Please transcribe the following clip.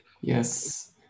yes